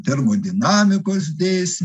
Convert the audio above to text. termodinamikos dėsniai